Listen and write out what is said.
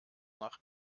nach